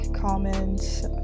comments